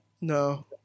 No